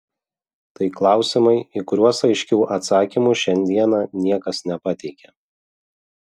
tai klausimai į kuriuos aiškių atsakymų šiandieną niekas nepateikia